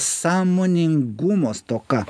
sąmoningumo stoka